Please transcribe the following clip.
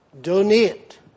Donate